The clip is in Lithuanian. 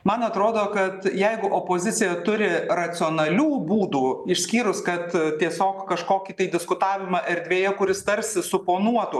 man atrodo kad jeigu opozicija turi racionalių būdų išskyrus kad tiesiog kažkokį tai diskutavimą erdvėje kuris tarsi suponuotų